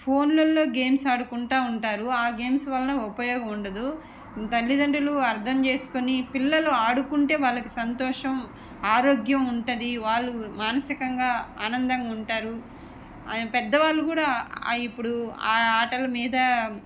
ఫోన్లలో గేమ్స్ ఆడుకుంటు ఉంటారు ఆ గేమ్స్ వల్ల ఉపయోగం ఉండదు తల్లిదండ్రులు అర్థం చేసుకొని పిల్లలు ఆడుకుంటే వాళ్ళకి సంతోషం ఆరోగ్యం ఉంటుంది వాళ్ళు మానసికంగా ఆనందంగా ఉంటారు పెద్ద వాళ్ళు కూడా ఆ ఇప్పుడు ఆ ఆటలు మీద